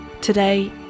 Today